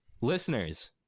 Listeners